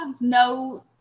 no